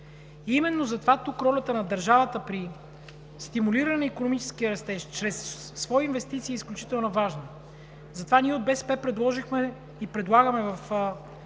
Именно затова тук ролята на държавата при стимулиране на икономическия растеж чрез свои инвестиции е изключително важна. Затова ние от БСП предложихме и предлагаме в този